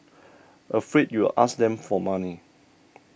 afraid you'll ask them for money